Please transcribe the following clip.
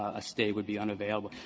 a stay would be unavailable.